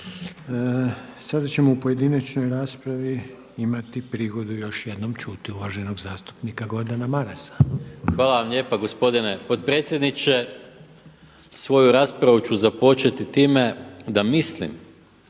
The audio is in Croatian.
Sada ćemo u pojedinačnoj raspravi imati prigodu još jednom čuti uvaženog zastupnika Gordana Marasa. **Maras, Gordan (SDP)** Hvala vam lijepa gospodine potpredsjedniče. Svoju raspravu ću započeti time da mislim